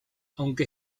aunque